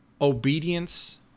Obedience